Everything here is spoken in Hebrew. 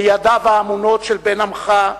בידיו האמונות של בן עמך,